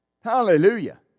Hallelujah